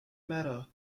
matter